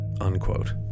unquote